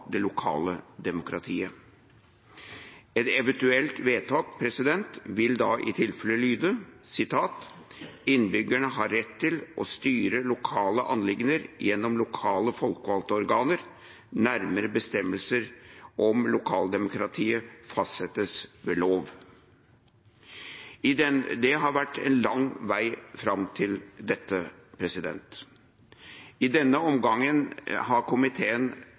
det lokale demokratiet. Et eventuelt vedtak vil da i tilfelle lyde: «Innbyggerne har rett til å styre lokale anliggender gjennom lokale folkevalgte organer. Nærmere bestemmelser om det lokale folkevalgte nivå fastsettes ved lov.» Det har vært en lang vei fram til dette. I denne omgangen har komiteen